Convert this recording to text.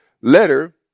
letter